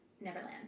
Neverland